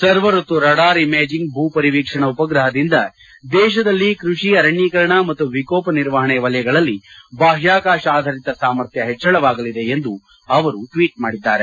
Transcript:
ಸರ್ವಋತು radar imaging ಭೂ ಪರಿವೀಕ್ಷಣೆ ಉಪಗ್ರಹದಿಂದ ದೇಶದಲ್ಲಿ ಕ್ವಷಿ ಅರಣ್ಯೀಕರಣ ಮತ್ತು ವಿಕೋಪ ನಿರ್ವಹಣೆ ವಲಯಗಳಲ್ಲಿ ಬಾಹ್ಯಾಕಾಶ ಆಧರಿತ ಸಾಮರ್ಥ್ಯ ಹೆಚ್ಚಳವಾಗಲಿದೆ ಎಂದು ಅವರು ಟ್ವೀಟ್ ಮಾಡಿದ್ದಾರೆ